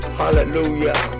hallelujah